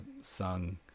Sung